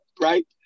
right